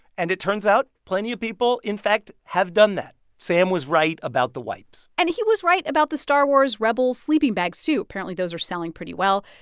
and it turns out, plenty of people, in fact, have done that. sam was right about the wipes and he was right about the star wars rebel sleeping bags, too. apparently those are selling pretty well.